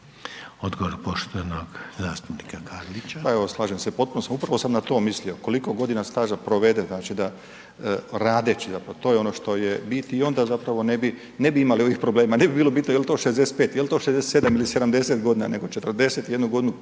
Odgovor poštovanog zastupnika Borića.